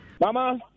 Mama